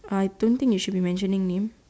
I don't think you should be mentioning name